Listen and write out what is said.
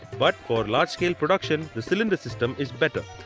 but for large scale production the cylinder system is better.